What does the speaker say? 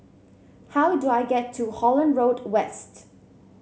how do I get to Holland Road West